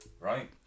Right